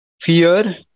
fear